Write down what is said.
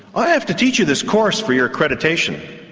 i have to teach you this course for your accreditation,